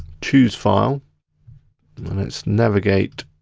choose file, and then let's navigate